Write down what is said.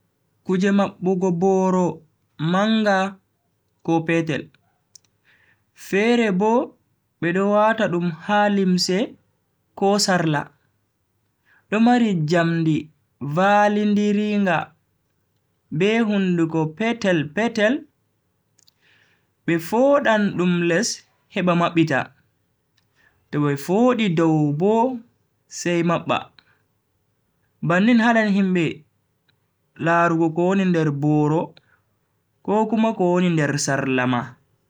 Kuje mabbugo booro manga ko petel, fere bo bedo wata dum ha limse ko sarla. Do mari njamdi valindiringa be hunduko petel-petel, Be fodan dum les heba mabbita, to be fodi dow bo sai mabba. bannin hadan himbe larugo ko woni nder boro ko kuma ko woni nder sarla ma.